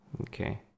Okay